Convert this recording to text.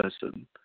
person